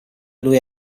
lui